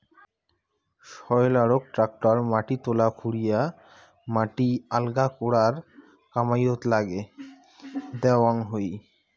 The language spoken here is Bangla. সয়েলারক ট্রাক্টর মাটি তলা খুরিয়া মাটি আলগা করার কামাইয়ত নাগে দ্যাওয়াং হই